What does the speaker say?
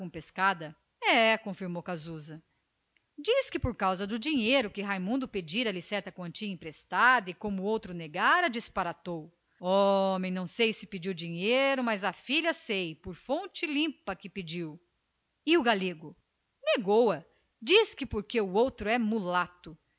o pescada brigou hein diz que por causa de dinheiro que raimundo pedira lhe certa quantia emprestada e como o outro negara disparatou homem não sei se pediu dinheiro mas a filha sei por fonte limpa que pediu e o galego negou a diz que porque o outro é mulato